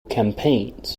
campaigns